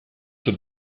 zur